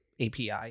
API